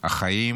החיים